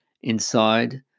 inside